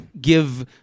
give